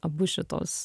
abu šituos